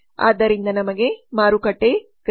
ಆದ್ದರಿಂದ ನಮಗೆ ಮಾರುಕಟ್ಟೆ ಗ್ರಾಹಕ ಸ್ಪರ್ಧಿಗಳು ಮತ್ತು ಬೆಲೆ ಇದೆ